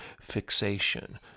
fixation